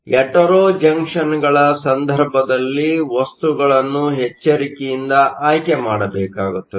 hetero ಜಂಕ್ಷನ್ಗಳ ಸಂದರ್ಭದಲ್ಲಿ ವಸ್ತುಗಳನ್ನು ಎಚ್ಚರಿಕೆಯಿಂದ ಆಯ್ಕೆ ಮಾಡಬೇಕಾಗುತ್ತದೆ